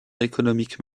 économique